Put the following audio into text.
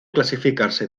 clasificarse